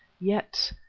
yet,